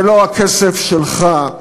זה לא הכסף שלך,